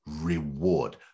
reward